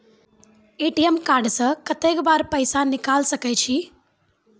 ATM card से कत्तेक बेर पैसा निकाल सके छी?